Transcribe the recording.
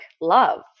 love